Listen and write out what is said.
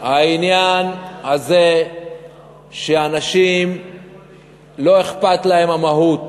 העניין הזה שאנשים לא אכפת להם המהות